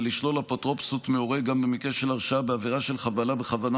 ולשלול אפוטרופסות מהורה גם במקרה של הרשעה בעבירה של חבלה בכוונה